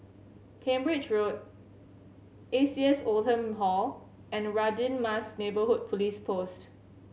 Cambridge Road A C S Oldham Hall and Radin Mas Neighbourhood Police Post